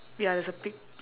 ya there's a pig